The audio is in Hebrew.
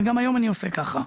וגם היום אני עושה ככה.